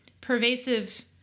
pervasive